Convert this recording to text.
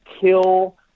kill